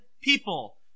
people